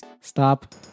Stop